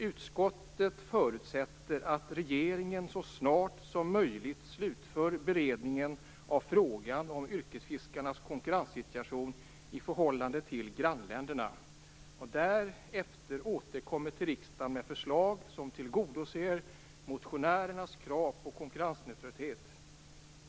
"Utskottet förutsätter att regeringen så snart som möjligt slutför beredningen av frågan om yrkesfiskarnas konkurrenssituation i förhållande till grannländerna och därefter återkommer till riksdagen med förslag som tillgodoser motionärernas krav på konkurrensneutralitet.